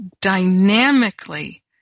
dynamically